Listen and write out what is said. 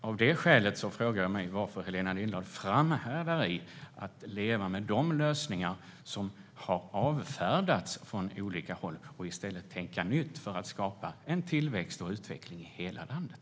Av det skälet frågar jag mig varför Helena Lindahl framhärdar i att leva med de lösningar som från olika håll har avfärdats, i stället för att tänka nytt för att skapa tillväxt och utveckling i hela landet.